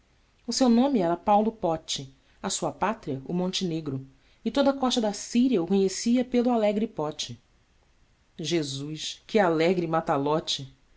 o seu nome era paulo pote a sua pátria o montenegro e toda a costa da síria o conhecia pelo alegre pote jesus que alegre matalote